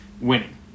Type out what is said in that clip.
winning